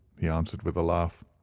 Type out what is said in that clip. he answered with a laugh.